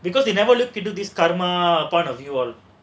because they never looked into this cardamom point of view all